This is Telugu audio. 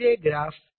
ఇదే గ్రాఫ్